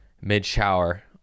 mid-shower